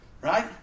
Right